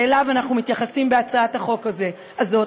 שאליו אנחנו מתייחסים בהצעת החוק הזאת,